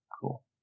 cool